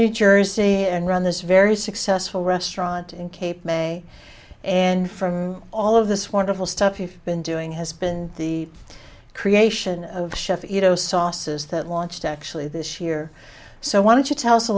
new jersey and run this very successful restaurant in cape may and from all of this wonderful stuff you've been doing has been the creation of chef ito sauces that launched actually this year so why don't you tell us a